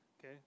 Okay